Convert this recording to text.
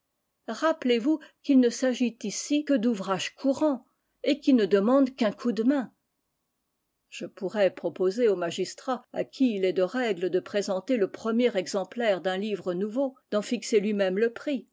rappelez-vous qu'il ne s'agit ici que d'ouvrages courants et qui ne demandent qu'un coup de main je pourrais proposer au magistrat à qui il est de règle de présenter le premier exemplaire d'un livre nouveau d'en fixer lui-même le prix